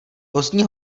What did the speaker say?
pozdní